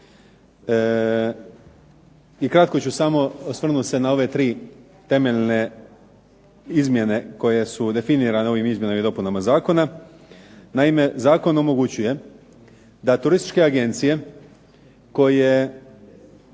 I kratko ću samo osvrnuti se na ove tri temeljne izmjene koje su definirane ovim izmjenama i dopunama zakona. Naime, zakon omogućuje da turističke agencije koje